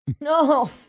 No